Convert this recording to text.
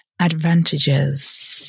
advantages